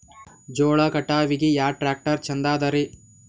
ಜೋಳ ಕಟಾವಿಗಿ ಯಾ ಟ್ಯ್ರಾಕ್ಟರ ಛಂದದರಿ?